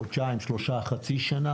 חודשיים, שלושה, חצי שנה